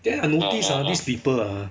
then I notice ah these people ah